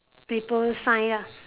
ripple sign ah